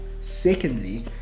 secondly